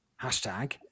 Hashtag